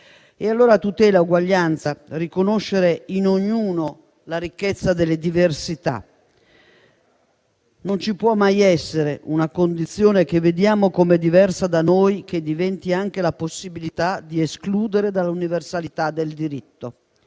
necessario tutelare l'uguaglianza e riconoscere in ognuno la ricchezza della diversità: non ci può mai essere una condizione che vediamo come diversa da noi che diventi anche la possibilità di escludere dall'universalità del diritto.